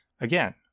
again